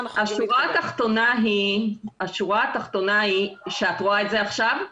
את רואה את זה עכשיו?